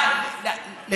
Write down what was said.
לא, לא, בחייך.